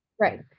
right